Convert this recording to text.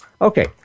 Okay